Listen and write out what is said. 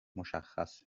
مشخص